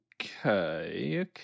okay